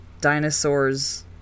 dinosaurs